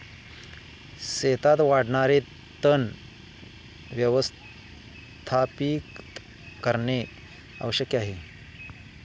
शेतात वाढणारे तण व्यवस्थापित करणे आवश्यक आहे